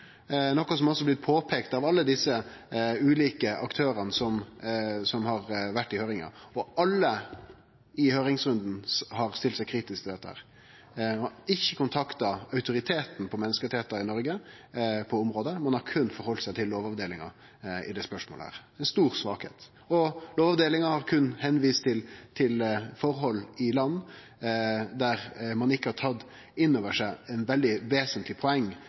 noko som også har blitt påpeika av alle dei ulike aktørane som har vore i høyringa. Alle i høyringsrunden har stilt seg kritiske til dette. Ein har ikkje kontakta autoriteten på området menneskerettar i Noreg – ein har berre heldt seg til Lovavdelinga i dette spørsmålet. Det er ei stor svakheit. Lovavdelinga har berre vist til forhold i land der ein ikkje har tatt innover seg det vesentlege poenget med å vurdere menneskerettar, lokale forhold. Her er det veldig